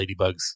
ladybugs